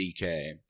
DK